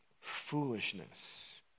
foolishness